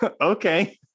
okay